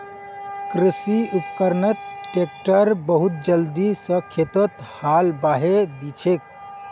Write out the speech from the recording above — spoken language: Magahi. कृषि उपकरणत ट्रैक्टर बहुत जल्दी स खेतत हाल बहें दिछेक